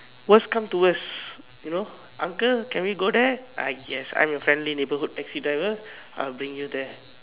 worse comes to worse you know uncle can we go there ah yes I'm your friendly neighbourhood taxi driver I'll bring you there